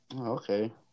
Okay